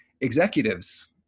executives